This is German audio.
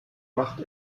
macht